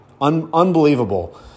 Unbelievable